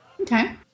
Okay